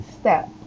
step